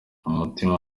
umutima